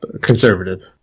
conservative